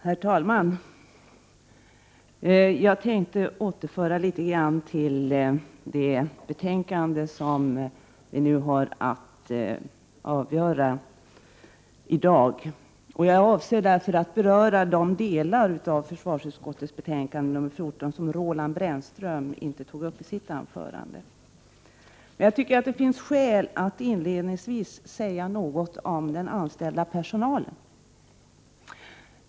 Herr talman! Jag tänkte återföra debatten till det betänkande som vi har att avgöra i dag. Jag avser därför att beröra de delar av försvarsutskottets betänkande nr 14 som Roland Brännström inte tog uppi sitt anförande. Men det finns skäl att inledningsvis säga något om den anställda personalen.